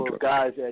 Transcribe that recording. guys